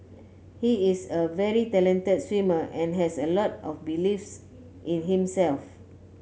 he is a very talented swimmer and has a lot of beliefs in himself